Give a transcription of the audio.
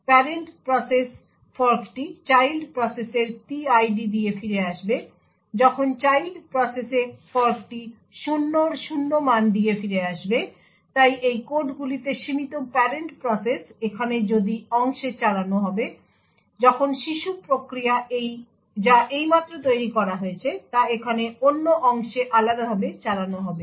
parent প্রসেসে ফর্কটি child প্রসেসের PID দিয়ে ফিরে আসবে যখন চাইল্ড প্রসেসে ফর্কটি 0 এর 0 মান দিয়ে ফিরে আসবে তাই এই কোডগুলিতে সীমিত প্যারেন্ট প্রসেস এখানে যদি অংশে চালানো হবে যখন শিশু প্রক্রিয়া যা এইমাত্র তৈরি করা হয়েছে তা এখানে অন্য অংশে আলাদাভাবে চালানো হবে